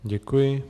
Děkuji.